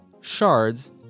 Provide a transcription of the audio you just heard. shards